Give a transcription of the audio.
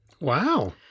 Wow